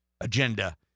agenda